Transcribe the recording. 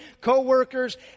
co-workers